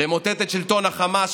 למוטט את שלטון החמאס,